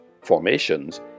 formations